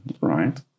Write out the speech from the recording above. right